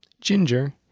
ginger